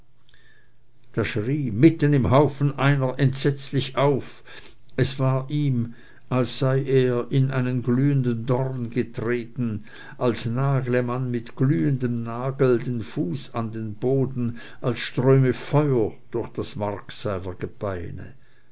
da schrie mitten im haufen einer entsetzlich auf es war ihm als sei er in einen glühenden dorn getreten als nagle man mit glühendem nagel den fuß an den boden als ströme feuer durch das mark seiner gebeine